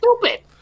stupid